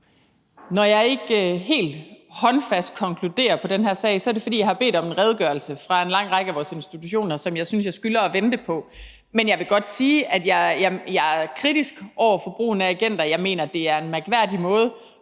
Når jeg ikke helt håndfast konkluderer på den her sag, er det, fordi jeg har bedt om en redegørelse fra en lang række af vores institutioner, som jeg synes jeg skylder at vente på. Men jeg vil godt sige, at jeg er kritisk over for brugen af agenter, for jeg mener, det er en mærkværdig måde